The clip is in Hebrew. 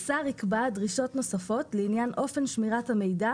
"השר יקבע דרישות נוספות לעניין אופן שמירת המידע